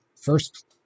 first